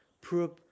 prove